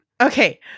Okay